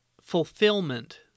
fulfillment